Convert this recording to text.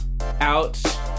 out